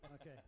Okay